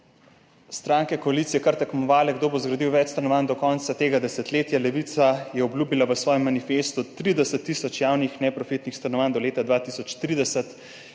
stranke koalicije kar tekmovale, kdo bo zgradil več stanovanj do konca tega desetletja. Levica je obljubila v svojem manifestu 30 tisoč javnih neprofitnih stanovanj do leta 2030